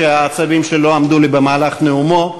שהעצבים שלי לא עמדו לי במהלך נאומו.